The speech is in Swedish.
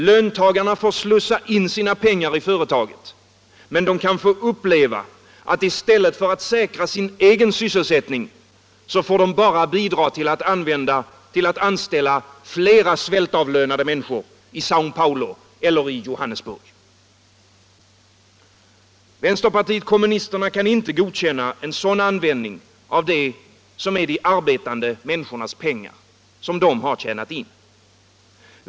Löntagarna får slussa in sina pengar i företaget men kan få uppleva att i stället för att säkra sin egen sysselsättning får de bara bidra till att anställa fler svältavlönade människor i Säo Paolo eller i Johannesburg. Vpk kan inte godkänna en sådan användning av pengar som de arbetande människorna har tjänat in.